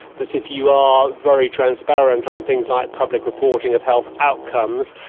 that if you are very transparent on things like public reporting of health outcomes,